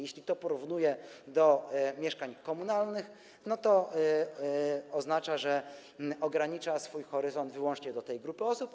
Jeśli to porównuje do mieszkań komunalnych, to oznacza, że ogranicza swój horyzont wyłącznie do tej grupy osób.